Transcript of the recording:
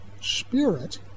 spirit